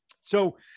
So-